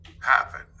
happen